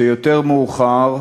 שיותר מאוחר,